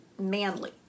manly